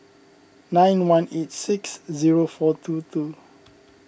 nine one eight six zero four two two